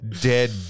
dead